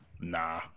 Nah